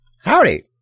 Howdy